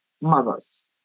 mothers